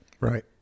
right